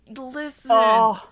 listen